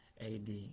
AD